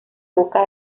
boca